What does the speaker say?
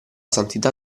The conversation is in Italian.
santità